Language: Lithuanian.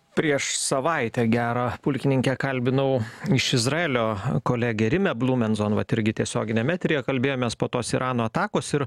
prieš savaitę gerą pulkininke kalbinau iš izraelio kolegę rimę blumenzon vat irgi tiesioginiam eteryje kalbėjomės po tos irano atakos ir